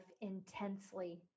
intensely